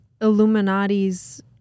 Illuminati's